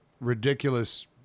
ridiculous